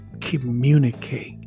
communicate